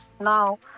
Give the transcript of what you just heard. now